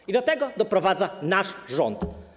I do tego doprowadza nasz rząd.